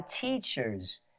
teachers